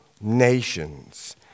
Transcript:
nations